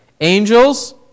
Angels